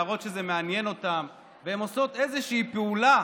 להראות שזה מעניין אותם, והם עושים איזושהי פעולה